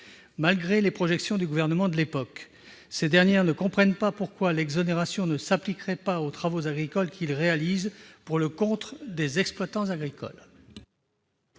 malgré les projections du gouvernement de l'époque. Ces entreprises ne comprennent pas pourquoi l'exonération ne s'appliquerait pas aux travaux agricoles qu'elles réalisent pour le compte des exploitants agricoles.